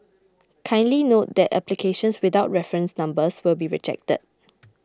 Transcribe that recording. kindly note that applications without reference numbers will be rejected